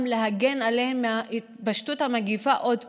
כדי להגן עליהם מהתפשטות המגפה עוד פעם.